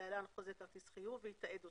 (להלן- חוזה כרטיס חיוב) ויתעד אותה.